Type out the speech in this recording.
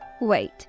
Wait